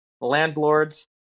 Landlords